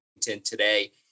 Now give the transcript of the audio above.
today